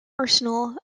arsenal